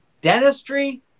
dentistry